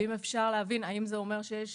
אם אפשר להבין האם זה אומר שיש